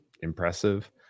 impressive